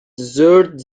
dessert